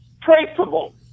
traceable